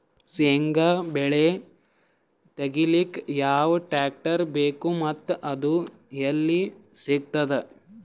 ಶೇಂಗಾ ಬೆಳೆ ತೆಗಿಲಿಕ್ ಯಾವ ಟ್ಟ್ರ್ಯಾಕ್ಟರ್ ಬೇಕು ಮತ್ತ ಅದು ಎಲ್ಲಿ ಸಿಗತದ?